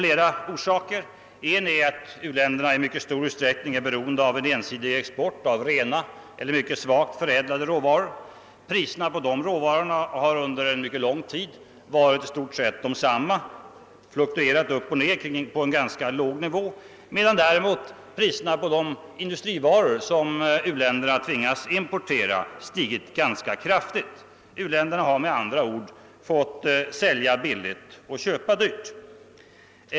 En orsak är att u-länderna i mycket stor utsträckning är beroende av en ensidig export av rena eller mycket litet förädlade råvaror. Priserna på råvarorna har under mycket lång tid varit i stort sett oförändrade. De har bara fluktuerat något på en ganska låg nivå medan priserna på de industrivaror som uländerna tvingas importera stigit ganska kraftigt. U-länderna har med andra ord fått sälja billigt och köpa dyrt.